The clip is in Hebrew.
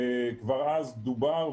כבר אז דובר,